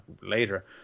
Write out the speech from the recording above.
later